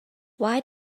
why